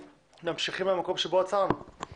ממשיכים מהמקום בו עצרנו בישיבה הקודמת.